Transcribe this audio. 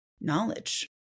knowledge